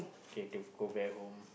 okay do go back home